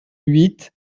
huit